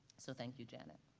so thank you, janet.